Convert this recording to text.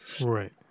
Right